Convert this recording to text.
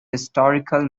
historical